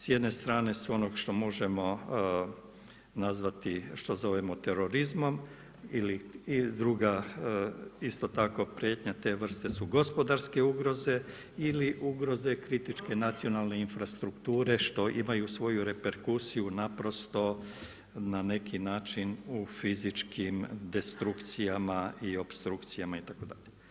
S jedne strane su ono što možemo nazvati, što zovemo terorizmom ili druga isto tako prijetnja te vrste su gospodarske ugroze ili ugroze kritičke nacionalne infrastrukture što imaju svoju reperkusiju naprosto na neki način u fizičkim destrukcijama i opstrukcijama itd.